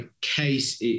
case